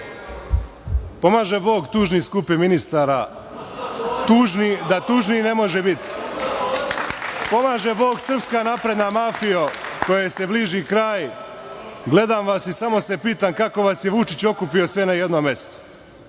Pomaže Bog, tužni skupe ministara, tužni da tužniji ne može biti. Pomaže Bog, srpska napredna mafijo, kojoj se bliži kraj. Gledam vas i samo se pitam kako vas je Vučić okupio sve na jednom mestu.